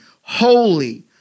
holy